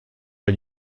are